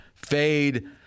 Fade